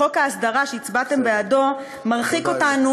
חוק ההסדרה שהצבעתם בעדו מרחיק אותנו